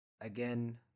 again